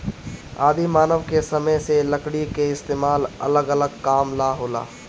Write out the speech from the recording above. आदि मानव के समय से लकड़ी के इस्तेमाल अलग अलग काम ला होला